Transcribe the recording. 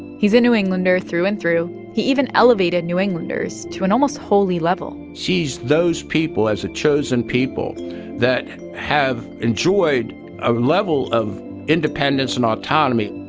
he's a new englander through and through. he even elevated new englanders to an almost holy level sees those people as a chosen people that have enjoyed a level of independence and autonomy,